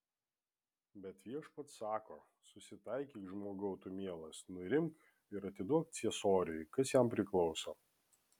bet viešpats sako susitaikyk žmogau tu mielas nurimk ir atiduok ciesoriui kas jam priklauso